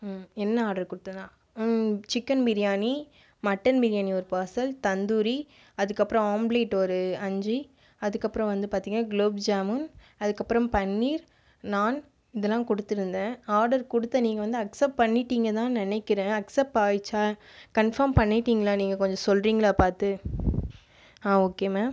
ஆமாம் என்ன ஆர்டர் கொடுத்தனா சிக்கன் பிரியாணி மட்டன் பிரியாணி ஒரு பார்சல் தந்தூரி அதுக்கப்புறம் ஆம்லெட் ஒரு அஞ்சு அதுக்கப்புறம் வந்து பார்த்திங்கன்னா குலோப்ஜாமுன் அதுக்கப்புறம் பன்னீர் நான் இதெல்லாம் கொடுத்துருந்தேன் ஆர்டர் கொடுத்தன் நீங்கள் வந்து அக்சப்ட் பண்ணிட்டீங்க தான் நினைக்குறேன் அக்சப்ட் ஆய்ச்சா கன்ஃபார்ம் பண்ணிட்டீங்களா நீங்கள் கொஞ்சம் சொல்கிறீங்களா பார்த்து ஓகே மேம்